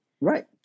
Right